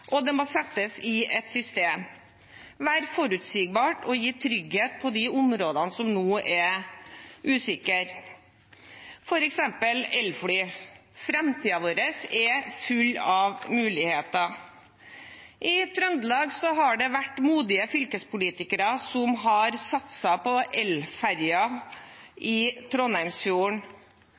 nødnett. Det må settes i system, være forutsigbart og gi trygghet på de områdene som nå er usikre, f.eks. elfly. Framtiden vår er full av muligheter. I Trøndelag har modige fylkespolitikere satset på elferjer i Trondheimsfjorden.